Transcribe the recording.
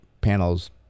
panels